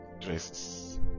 dresses